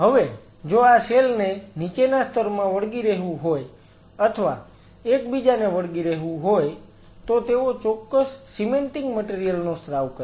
હવે જો આ સેલ ને નીચેના સ્તરમાં વળગી રહેવું હોય અથવા એકબીજાને વળગી રહેવું હોય તો તેઓ ચોક્કસ સીમેન્ટિંગ મટીરીયલ નો સ્ત્રાવ કરે છે